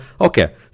okay